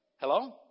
Hello